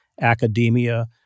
academia